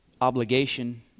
obligation